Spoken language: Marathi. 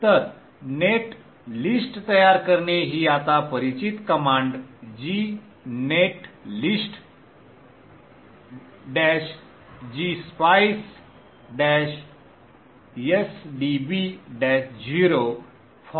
तर नेट लिस्ट तयार करणे ही आता परिचित command g net list g spice sdb o forward